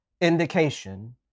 indication